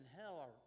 hell